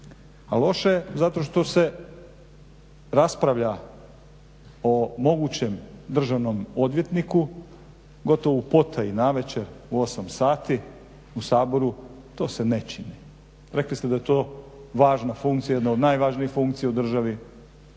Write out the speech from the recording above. A loše je zato što se raspravlja o mogućem državnom odvjetniku gotovo u potaji navečer u 8 sati u Saboru. To se ne čini. Rekli ste da je to važna funkcija, jedna od najvažnijih funkcija u državi